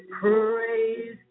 praise